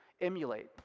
emulate